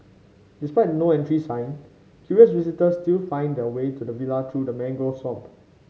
despite the No Entry sign curious visitors still find their way to the villa through the mangrove swamp